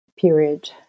period